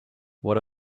what